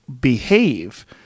behave